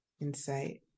Insight